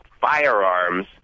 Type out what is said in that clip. firearms